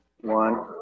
One